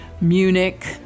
Munich